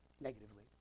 negatively